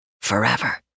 Forever